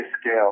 scale